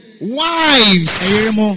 Wives